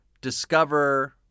discover